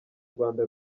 rwanda